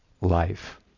life